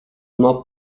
not